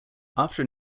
after